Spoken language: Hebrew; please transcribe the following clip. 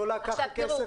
היא עולה ככה כסף,